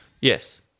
Yes